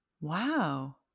Wow